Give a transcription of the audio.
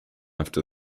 after